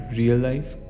real-life